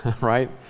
Right